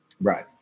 Right